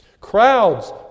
Crowds